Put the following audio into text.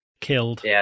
killed